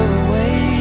away